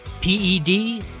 P-E-D